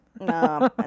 No